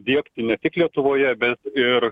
diegti ne tik lietuvoje bet ir